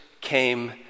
came